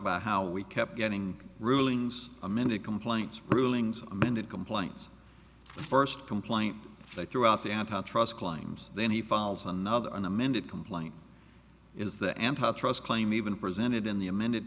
by how we kept getting rulings amended complaint rulings amended complaints first complaint they threw out the antitrust climbs then he files another an amended complaint is the antitrust claim even presented in the amended